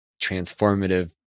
transformative